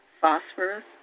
phosphorus